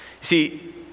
See